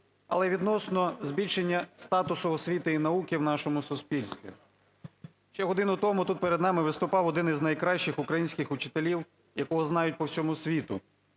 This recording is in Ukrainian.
але і відносно збільшення статусу освіти і науки в нашому суспільстві. Ще годину тому тут перед нами виступав один із найкращих українських учителів, якого знають по всьому світу.